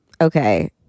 Okay